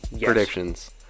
predictions